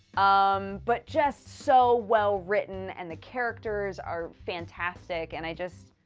um, but just so well written, and the characters are fantastic, and i just.